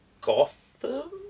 Gotham